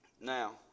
Now